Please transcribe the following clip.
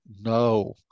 no